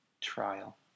trial